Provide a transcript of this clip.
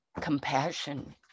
compassion